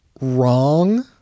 wrong